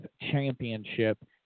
championship